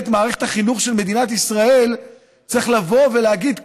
מערכת החינוך של מדינת ישראל צריך לבוא ולהגיד,